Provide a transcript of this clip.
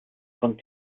von